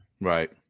Right